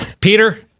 Peter